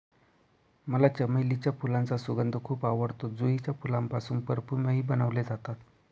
मला चमेलीच्या फुलांचा सुगंध खूप आवडतो, जुईच्या फुलांपासून परफ्यूमही बनवले जातात